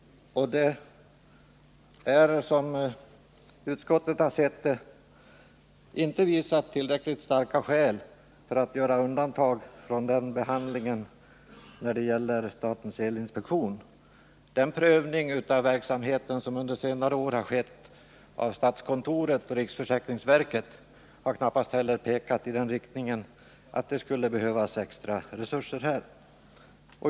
Som utskottet sett det har man inte visat tillräckligt starka skäl för att göra undantag från den behandlingen när det gäller statens elinspektion. Den prövning av verksamheten som under senare år skett av statskontoret och riksförsäkringsverket har knappast heller pekat i den riktningen. att det här skulle behövas extra resurser.